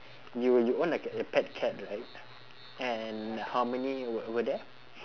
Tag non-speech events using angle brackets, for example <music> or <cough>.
you you own a ca~ a pet cat right and how many were were there <noise>